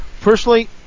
Personally